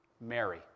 Mary